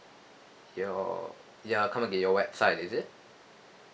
your ya come again your website is it